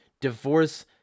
divorce